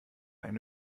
eine